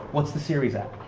what's the series at?